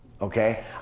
okay